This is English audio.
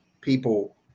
people